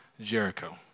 Jericho